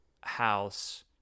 house